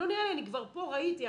אני כבר פה, ראיתי.